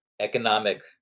economic